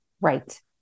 right